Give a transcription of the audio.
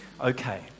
Okay